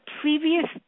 previous